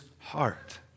heart